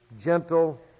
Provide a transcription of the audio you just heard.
gentle